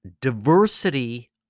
diversity